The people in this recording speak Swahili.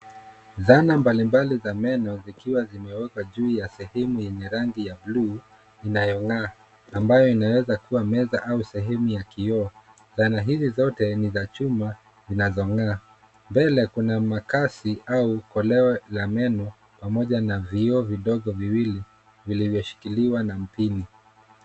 Dhana mbalimbali za meno zikiwa zimewekwa juu ya sehemu yenye rangi ya buluu inayong'aa ambayo inaweza kuwa meza au sehemu ya kioo. Dhana hizi zote ni za chuma zinazong'aa. Mbele kuna makasi au koleo la meno pamoja na vioo vidogo viwili vilivyoshikiliwa na mpini.